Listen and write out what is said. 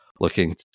looking